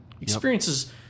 experiences